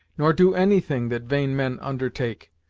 nor do anything that vain men undertake,